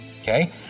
Okay